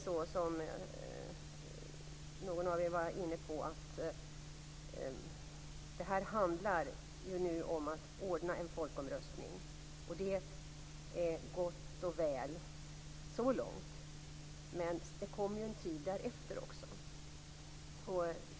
Som någon av debattörerna var inne på handlar det nu om att ordna en folkomröstning, och det är gott och väl så långt. Men det kommer en tid därefter också.